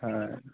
হয়